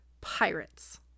pirates